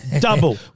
Double